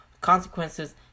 consequences